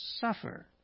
suffer